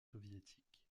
soviétiques